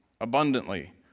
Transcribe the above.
abundantly